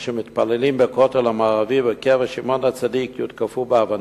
או שמתפללים בכותל המערבי ובקבר שמעון הצדיק יותקפו באבנים.